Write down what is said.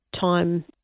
time